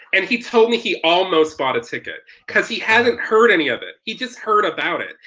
and he told me he almost bought a ticket, cause he hasn't heard any of it, he just heard about it,